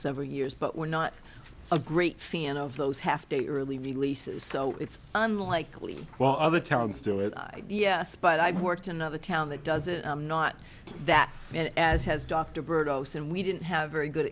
several years but we're not a great fan of those half day early release so it's unlikely while other towns do it yes but i've worked in another town that does it not that as has dr bird and we didn't have very good